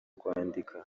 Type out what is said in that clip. kwandika